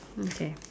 mm K